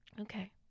Okay